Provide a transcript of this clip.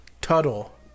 Tuttle